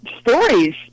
stories